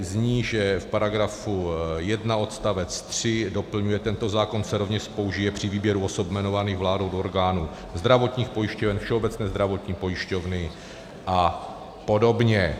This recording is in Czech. Zní, že v § 1 odst. 3 doplňuje: Tento zákon se rovněž použije při výběru osob jmenovaných vládou do orgánů zdravotních pojišťoven, Všeobecné zdravotní pojišťovny apod.